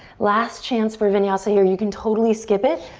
last chance for vinyasa here. you can totally skip it.